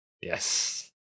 Yes